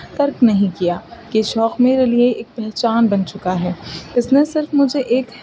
ترک نہیں کیا کہ شوق میرے لیے ایک پہچان بن چکا ہے اس نے صرف مجھے ایک